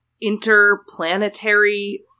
interplanetary